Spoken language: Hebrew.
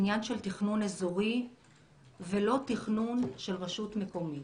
עניין של תכנון אזורי ולא תכנון של רשות מקומית.